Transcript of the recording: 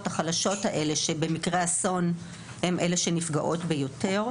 החלשות האלו שבמקרה אסון הן אלו שנפגעות יותר.